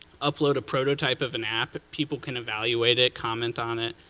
upload a prototype of an app, people can evaluate it, comment on it,